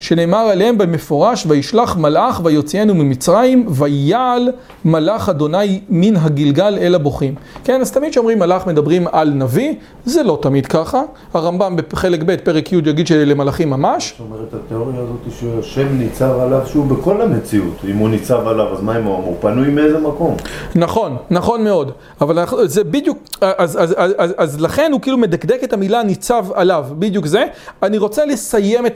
שנאמר עליהם במפורש, וישלח מלאך, ויוצאינו ממצרים, ויעל מלאך ה' מן הגלגל אל הבוכים. כן, אז תמיד כשאומרים מלאך מדברים על נביא, זה לא תמיד ככה. הרמב״ם בחלק ב' פרק י' יגיד שאלה מלאכים ממש. זאת אומרת, התיאוריה הזאת היא שהשם ניצב עליו, שהוא בכל המציאות. אם הוא ניצב עליו, אז מה אם הוא אמר, הוא פנוי מאיזה מקום? נכון, נכון מאוד. אבל זה בדיוק, אז לכן הוא כאילו מדקדק את המילה ניצב עליו, בדיוק זה. אני רוצה לסיים את...